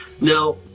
Now